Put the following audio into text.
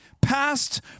past